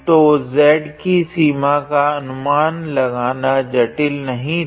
तो z की सीमा का अनुमान लगाना जटिल नहीं था